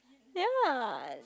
ya lah